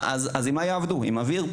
אז עם מה יעבדו עם אוויר?